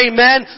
Amen